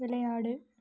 விளையாடு